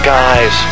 guys